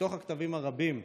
מתוך המכתבים הרבים,